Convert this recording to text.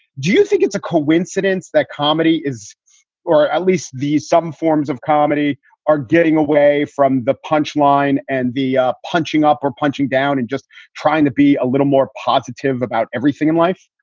do you think it's a coincidence that comedy is or at least the some forms of comedy are getting away from the punch line and the ah punching up or punching down and just trying to be a little more positive about everything in life?